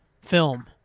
film